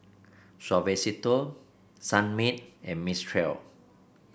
Suavecito Sunmaid and Mistral